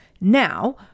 Now